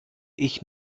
ich